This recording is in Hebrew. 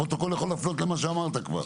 הפרוטוקול יכול להפנות למה שאמרת כבר.